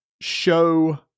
show